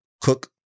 Cook